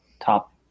top